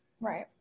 Right